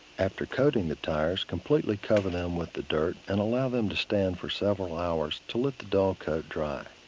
after coating the tires, completely cover them with the dirt and allow them to stand for several hours to let the dullcote dry.